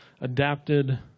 adapted